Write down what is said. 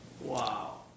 Wow